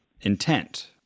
intent